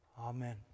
Amen